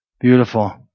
Beautiful